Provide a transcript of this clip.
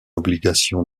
obligation